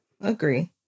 agree